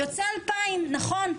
יוצא 2,000. נכון,